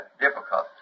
difficult